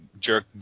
jerk